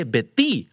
Betty